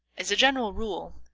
as a general rule,